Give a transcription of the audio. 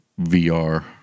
VR